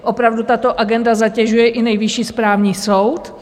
Opravdu tato agenda zatěžuje i Nejvyšší správní soud.